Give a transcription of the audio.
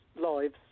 lives